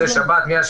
שמחה באמת,